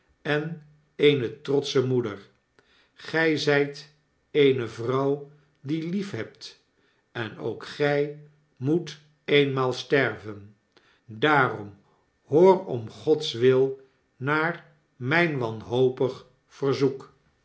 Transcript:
en eene trotsche moeder gy zyt eene vrouw die lief hebt en ook gy moet eenmaal sterven daarom hoor om gods wil naar myn wanhopig verzoek